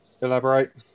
Elaborate